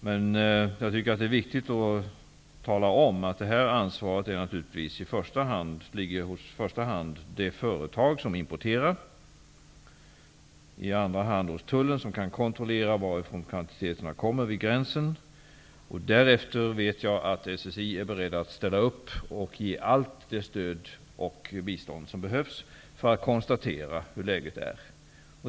Men det är viktigt att tala om att ansvaret i första hand ligger hos de företag som importerar virket och i andra hand hos tullen, som kan kontrollera varifrån virket kommer. På SSI är man därefter beredd att ställa upp med allt det stöd och bistånd som behövs för att kunna konstatera läget.